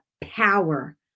power